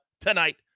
tonight